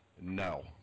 no